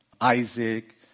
Isaac